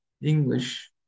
english